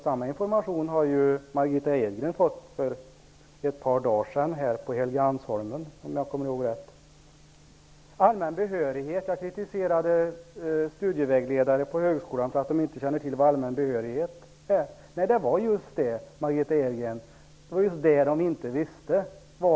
Samma information har Margitta Edgren fått för ett par dagar sedan här på Jag kritiserade studievägledare på högskolan för att de inte känner till vad allmän behörighet är. Nej, det är just det de inte visste.